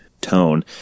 tone